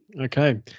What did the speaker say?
Okay